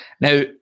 Now